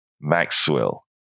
Maxwell